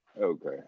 Okay